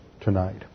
tonight